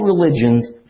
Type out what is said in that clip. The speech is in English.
religions